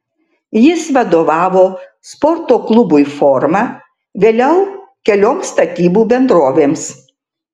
jis vadovavo sporto klubui forma vėliau kelioms statybų bendrovėms